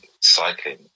cycling